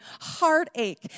heartache